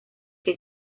que